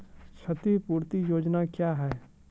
क्षतिपूरती योजना क्या हैं?